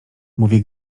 mówi